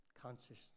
consciousness